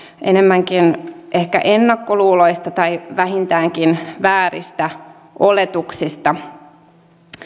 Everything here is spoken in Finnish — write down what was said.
enemmänkin ehkä ennakkoluuloista tai vähintäänkin vääristä oletuksista